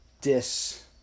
dis